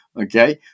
Okay